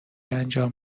انجام